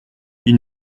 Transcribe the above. ils